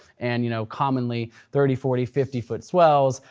and you know commonly thirty, forty, fifty foot swells,